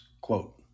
Quote